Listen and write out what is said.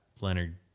Leonard